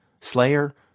Slayer